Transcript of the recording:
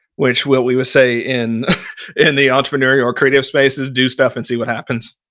which, what we would say in in the entrepreneurial or creative space is do stuff and see what happens.